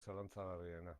zalantzagarriena